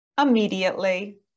immediately